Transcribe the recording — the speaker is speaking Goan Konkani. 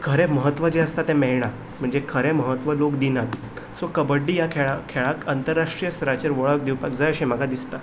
खरें म्हत्व जें आसता तें मेळना म्हणजे खरें म्हत्व लोक दिनात सो कबड्डी ह्या खेळाक अंतरराष्ट्रीय स्तराचेर वळख दिवपाक जाय अशें म्हाका दिसता